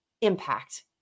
impact